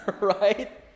Right